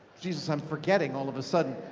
jesus, i'm forgetting all of a sudden.